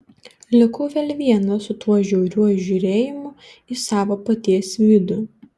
likau vėl vienas su tuo žiauriuoju žiūrėjimu į savo paties vidų